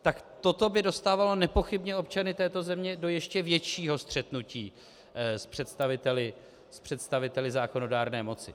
Tak toto by dostávalo nepochybně občany této země do ještě většího střetnutí s představiteli zákonodárné moci.